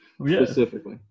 Specifically